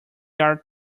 are